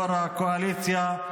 ראש הקואליציה,